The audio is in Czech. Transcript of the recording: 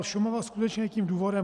Šumava je skutečně tím důvodem.